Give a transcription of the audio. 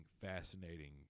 fascinating